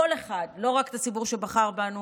כל אחד לא רק את הציבור שבחר בנו,